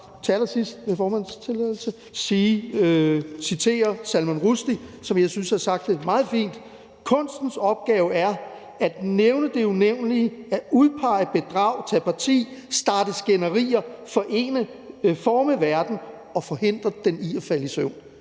til allersidst med formandens tilladelse citere Salman Rushdie, som jeg synes har sagt det meget fint: Kunstens opgave er at nævne det unævnelige, at udpege bedrag, at tage parti, at starte skænderier, at forme verden og at forhindre den i at falde i søvn.